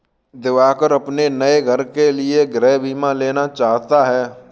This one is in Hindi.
दिवाकर अपने नए घर के लिए गृह बीमा लेना चाहता है